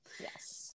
Yes